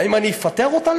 האם אני אפטר אותה?